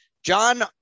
John